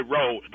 Road